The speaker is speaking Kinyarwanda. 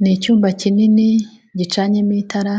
Ni icyumba kinini gicanyemo itara